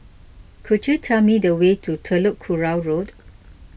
could you tell me the way to Telok Kurau Road